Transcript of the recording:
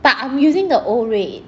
but I'm using the old rate